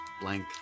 blank